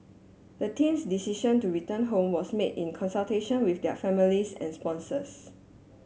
the team's decision to return home was made in consultation with their families and sponsors